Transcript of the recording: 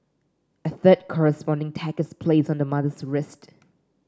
a third corresponding tag is placed on the mother's wrist